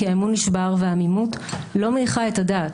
כי האמון נשבר והעמימות לא מניחה את הדעת.